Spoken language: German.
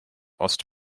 ost